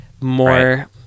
more